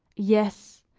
yes,